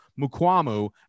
Mukwamu